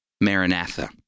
maranatha